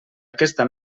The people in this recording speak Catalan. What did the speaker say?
aquesta